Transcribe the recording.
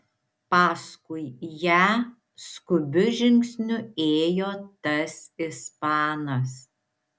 paskui ją skubiu žingsniu ėjo tas ispanas